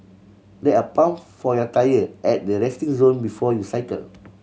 there are pump for your tyre at the resting zone before you cycle